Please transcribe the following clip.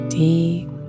deep